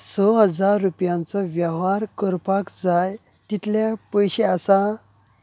स हजार रुपयांचो वेव्हार करपाक जाय तितले पयशे आसात